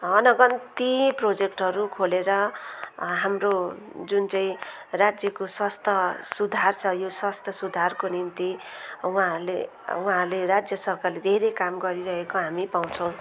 अनगन्ती प्रेजेक्टहरू खोलेर हाम्रो जुनचाहिँ राज्यको स्वास्थ्य सुधार छ यो स्वास्थ्य सुधारको निम्ति उहाँहरूले उहाँहरूले राज्य सरकारले धेरै काम गरिरहेको हामी पाउँछौँ